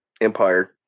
Empire